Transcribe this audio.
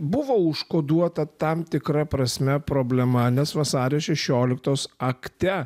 buvo užkoduota tam tikra prasme problema nes vasario šešioliktos akte